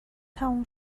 تموم